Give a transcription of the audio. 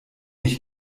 ich